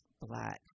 Black